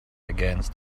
against